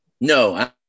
no